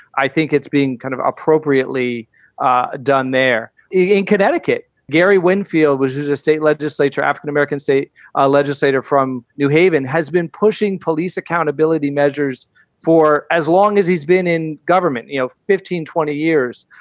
i think it's being kind of appropriately ah done there in connecticut. gary windfield was a state legislator, african-american state ah legislator from new haven, has been pushing police accountability measures for as long as he's been in government. you know, fifteen, twenty years,